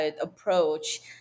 approach